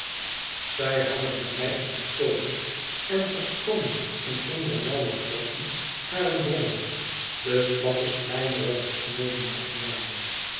zij hadden hem mij ontstolen en verscholen in een der nauwe grotten harer bronnen de slappe slijmerige snoode naïaden